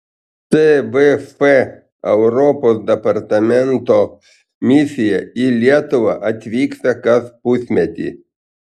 tvf europos departamento misija į lietuvą atvyksta kas pusmetį